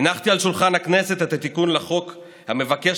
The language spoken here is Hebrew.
הנחתי על שולחן הכנסת את התיקון לחוק שמבקש